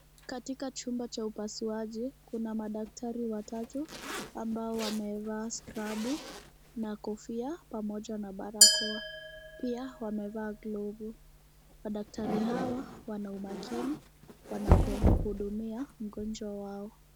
Katika chumba cha upasuaji, kuna madaktari watatu, ambao wamevaa skrabu, na kofia, pamoja na barakoa, pia wamevaa glovu, madaktari hawa wana umakini wànapomhudumia mgonjwa wao.